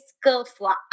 skillful